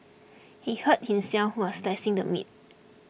he hurt himself while slicing the meat